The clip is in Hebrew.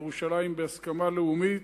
ירושלים בהסכמה לאומית,